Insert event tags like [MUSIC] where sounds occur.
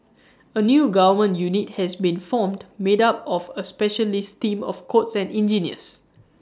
[NOISE] A new government unit has been formed made up of A specialist team of codes and engineers